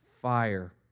fire